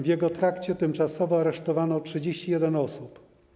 W jego trakcie tymczasowo aresztowano 31 osób.